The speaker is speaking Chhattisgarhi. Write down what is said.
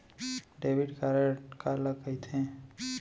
डेबिट कारड काला कहिथे?